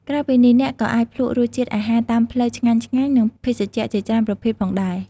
ក្រៅពីនេះ អ្នកក៏អាចភ្លក់រសជាតិអាហារតាមផ្លូវឆ្ងាញ់ៗ និងភេសជ្ជៈជាច្រើនប្រភេទផងដែរ។